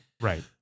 Right